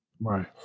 Right